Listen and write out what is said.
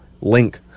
link